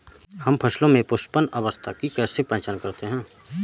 हम फसलों में पुष्पन अवस्था की पहचान कैसे करते हैं?